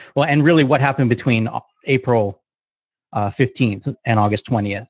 well, and really what happened between ah april fifteen and august twenty. and